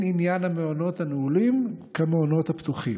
עניין המעונות הנעולים כמעונות הפתוחים.